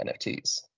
NFTs